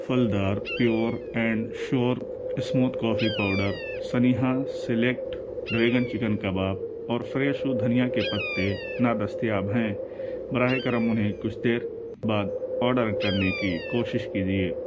پھلدار pure and sure smooth coffee powder سنیہا select dragon chicken کباب اور فریشو دھنیہ کے پتے نادستیاب ہیں براہِ کرم انہیں کچھ دیر بعد آرڈر کرنے کی کوشش کیجیے